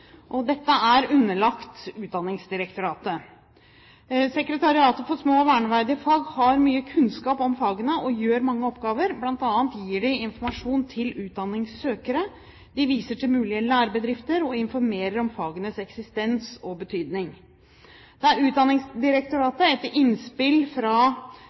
Dette er underlagt Utdanningsdirektoratet. Sekretariatet for små og verneverdige fag har mye kunnskap om fagene og gjør mange oppgaver. Blant annet gir de informasjon til utdanningssøkere, de viser til mulige lærebedrifter og informerer om fagenes eksistens og betydning. Det er Utdanningsdirektoratet, etter innspill fra